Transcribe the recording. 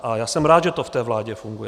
A já jsem rád, že to v té vládě funguje.